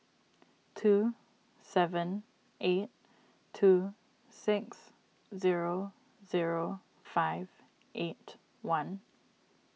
two seven eight two six zero zero five eight one